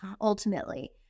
ultimately